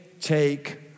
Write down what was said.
take